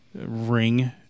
ring